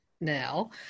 now